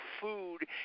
food